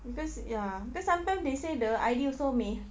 because ya because sometimes they say the I_D also may